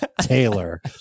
Taylor